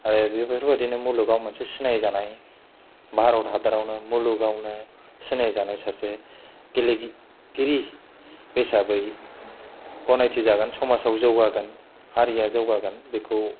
बेफोरबायदिनो मुलुगाव मोनसे सिनायजानाय भारत हादरावनो मुलुगावनो सिनायजानाय सासे गेलेगिरि हिसाबै गनायथि जागोन समाजाव जौगागोन हारिया जौगागोन बेखौ